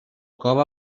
cova